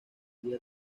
día